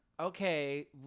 Okay